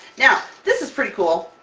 now, this is pretty cool!